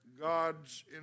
God's